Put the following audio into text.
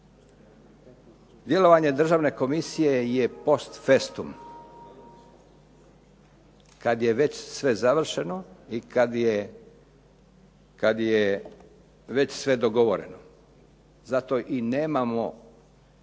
Djelovanje državne komisije je post festum, kada je već sve završeno i kada je već sve dogovoreno. Zato i nemamo